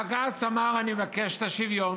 בג"ץ אמר: אני מבקש את השוויון,